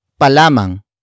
palamang